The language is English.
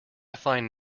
find